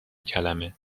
کلمه